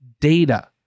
data